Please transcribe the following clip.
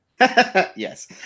Yes